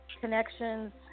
connections